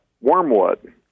wormwood